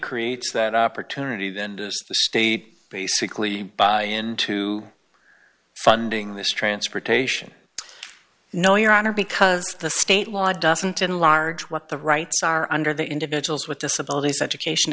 creates that opportunity then does the state basically buy in to funding this transportation no your honor because the state law doesn't enlarge what the rights are under the individuals with disabilities education